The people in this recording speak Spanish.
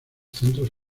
centros